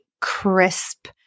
crisp